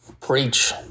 preach